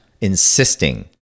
insisting